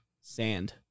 sand